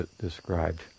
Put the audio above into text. described